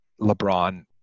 LeBron